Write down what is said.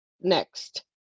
next